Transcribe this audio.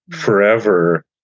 Forever